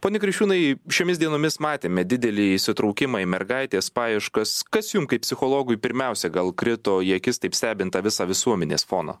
pone kriščiūnai šiomis dienomis matėme didelį įsitraukimą į mergaitės paieškas kas jum kaip psichologui pirmiausia gal krito į akis taip stebint tą visą visuomenės foną